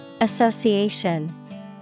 Association